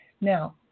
Now